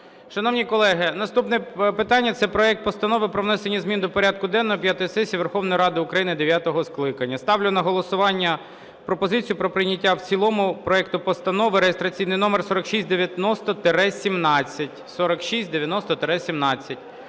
Шановні колеги, наступне питання – це проект Постанови про внесення змін до порядку денного п'ятої сесії Верховної Ради України дев'ятого скликання. Ставлю на голосування пропозицію про прийняття в цілому проекту Постанови реєстраційний номер 4690-17.